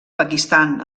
pakistan